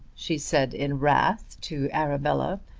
she said in wrath to arabella,